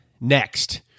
Next